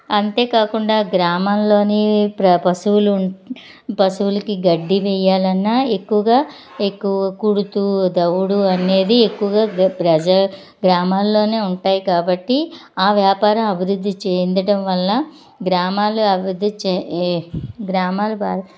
అంతేకాకుండా గ్రామంలో పశువులు పశువులకి గడ్డి వేయాలన్నా ఎక్కువగా ఎక్కువ కుడితి తవుడు అనేది ఎక్కువుగా ప్రజా గ్రామాలలో ఉంటాయి కాబట్టి ఆ వ్యాపారం అభివృద్ధి చెందటం వల్ల గ్రామాలు అభివృద్ధి గ్రామాలు